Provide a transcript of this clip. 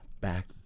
Back